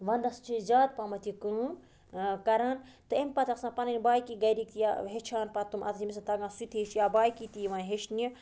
وَنٛدَس چھِ أسۍ زیادٕ پَہمَتھ یہِ کٲم کَران تہٕ اَمہِ پَتہٕ آسان پَنٕنۍ باقٕے گَرِکۍ تہِ یا ہیٚچھان پَتہٕ تِم آز ییٚمِس تَگان سُہ تہِ ہیٚچھ یا باقٕے تہِ یِوان ہیٚچھنہِ